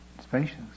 spacious